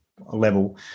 level